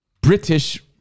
British